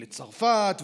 לצרפת,